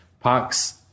parks